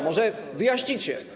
Może wyjaśnicie?